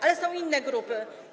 Ale są i inne grupy.